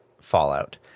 fallout